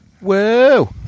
Whoa